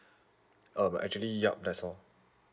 um actually yup that's all